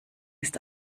ist